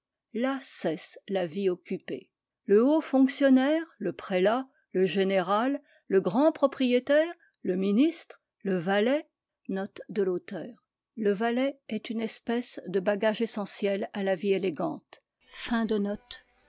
là cesse la vie occupée le haut fonctionnaire le prélat le général le grand propriétaire le ministre le valet et les princes sont dans la catégorie des oisifs et appartiennent à la vie élégante a le valet est une espèce de bagage essentiel à la vie élégante